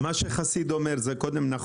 מה שהוא אומר זה נכון?